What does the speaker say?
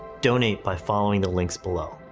donate by following the links below.